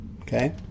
Okay